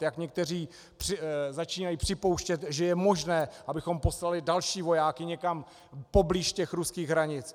Jak někteří začínají připouštět, že je možné, abychom poslali další vojáky někam poblíž ruských hranic.